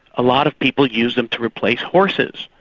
a lot of people used them to replace horses.